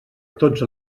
tots